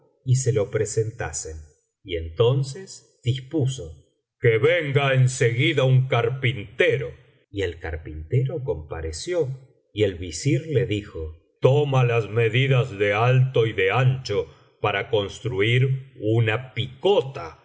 y se lo presentasen y entonces dispuso que venga en seguida un carpintero y el carpintero compareció y el visir le dijo toma las medidas de alto y de ancho para construir una picota